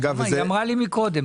היא אמרה לי מקודם.